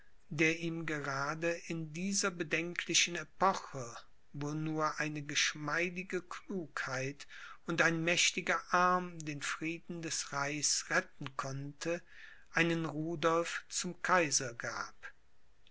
der ihm gerade in dieser bedenklichen epoche wo nur eine geschmeidige klugheit und ein mächtiger arm den frieden des reichs retten konnte einen rudolph zum kaiser gab